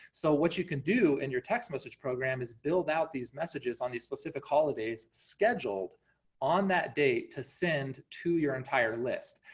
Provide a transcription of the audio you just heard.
so what you can do in and your text message program is build out these messages on these specific holidays, scheduled on that date, to send to your entire list.